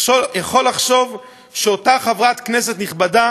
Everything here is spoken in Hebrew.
יכול לחשוב שאותה חברת כנסת נכבדה